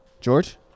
George